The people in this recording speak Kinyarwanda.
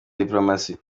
dipolomasi